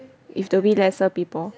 if Dhoby lesser people